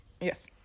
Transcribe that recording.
Yes